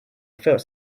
felt